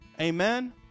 Amen